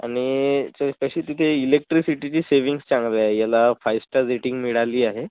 आणि च तशी तिथे इलेक्ट्रिसिटीची सेविंग्स चांगली आहे याला फाइव स्टार रेटिंग मिळाली आहे